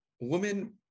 women